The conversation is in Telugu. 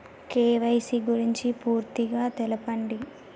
కే.వై.సీ గురించి పూర్తిగా తెలపండి?